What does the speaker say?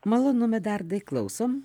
malonu medardai klausom